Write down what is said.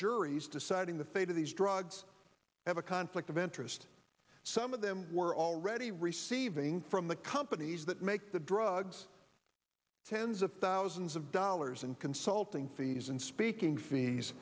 juries deciding the fate of these drugs have a conflict of interest some of them were already receiving from the companies that make the drugs tens of thousands of dollars and consulting fees and speaking fees